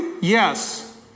Yes